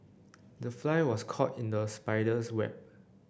the fly was caught in the spider's web